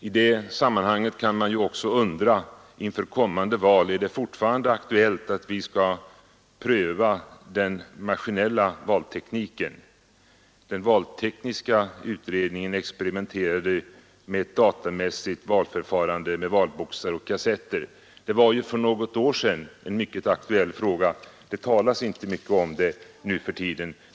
I det sammanhanget kan man ju också inför kommande val undra: Är det fortfarande aktuellt att vi skall pröva den maskinella valtekniken? Den valtekniska utredningen experimenterade med ett datamässigt valförfarande med valboxar och kassetter. Detta var ju för något år sedan en synnerligen aktuell fråga. Numera talas det inte mycket om saken.